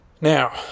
Now